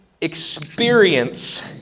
experience